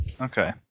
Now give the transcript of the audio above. Okay